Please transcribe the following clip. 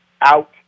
out